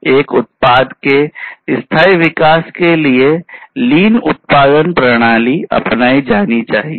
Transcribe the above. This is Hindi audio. एक उत्पाद के स्थाई विकास के लिए लीन उत्पादन प्रक्रिया अपनाई जानी चाहिए